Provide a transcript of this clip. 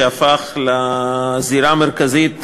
שהפך לזירה המרכזית